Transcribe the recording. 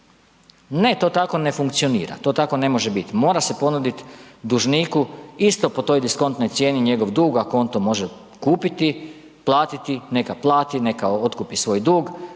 Ne, to tako ne funkcionira, to tako ne može bit, mora se ponudit dužniku isto po toj diskontnoj cijeni njegov dug ako on to može kupiti, platiti, neka plati neka otkupi svoj dug,